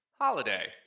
Holiday